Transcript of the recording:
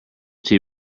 tea